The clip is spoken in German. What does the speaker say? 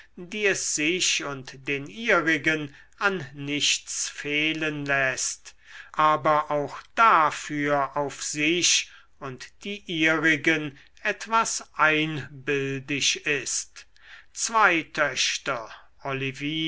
die es sich und den ihrigen an nichts fehlen läßt aber auch dafür auf sich und die ihrigen etwas einbildisch ist zwei töchter olivie